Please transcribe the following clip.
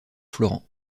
florent